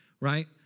Right